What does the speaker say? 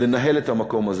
לנהל את המקום הזה.